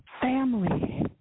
family